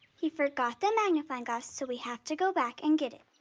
he forgot the magnifying glass so we have to go back and get